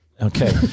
Okay